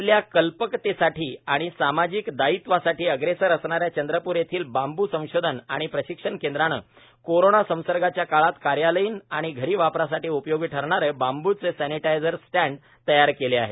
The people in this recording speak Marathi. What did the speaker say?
आपल्या कल्पकतेसाठी व सामाजिक दायित्वासाठी अग्रेसर असणाऱ्या चंद्रपूर येथील बांबू संशोधन व प्रशिक्षण केंद्राने कोरोना संसर्गाच्या काळात कार्यालयीन व घरी वापरासाठी उपयोगी ठरणारे बांबूचे सॅनीटायझर स्टँड तयार केले आहे